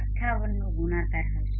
58નો ગુણાકાર હશે